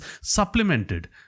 supplemented